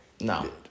No